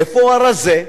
איפה הרזה?